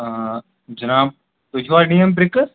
جِناب تُہۍ چھِوا ڈرٛیٖم برٛکٕس